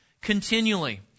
continually